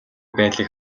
байдлыг